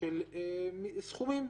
של סכומים.